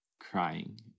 crying